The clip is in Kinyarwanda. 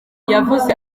yavuze